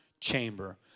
chamber